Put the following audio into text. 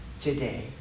today